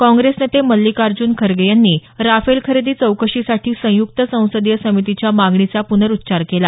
काँग्रेस नेते मल्लिकार्जन खरगे यांनी राफेल खरेदी चौकशीसाठी संयुक्त संसदीय समितीच्या मागणीचा प्नरुच्चार केला